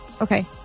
okay